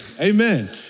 Amen